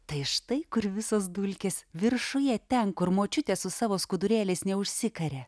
tai štai kur visos dulkės viršuje ten kur močiutė su savo skudurėliais neužsikaria